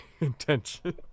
intention